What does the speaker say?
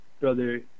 Brother